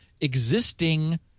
existing